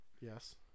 Yes